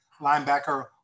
linebacker